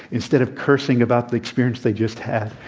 instead of cursing about the experience they just had,